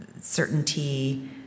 certainty